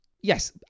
Yes